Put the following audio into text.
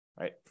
right